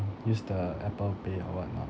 use the apple pay or whatnot